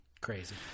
crazy